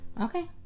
Okay